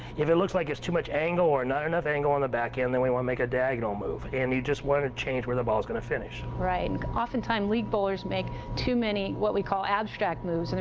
if it looks like it's too much angle or not enough angle on the back end, then we want to make a diagonal move, and you just want to change where the ball's going to finish. right, often time league bowlers make too many, what we call, abstract moves, and